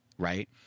Right